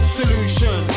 solution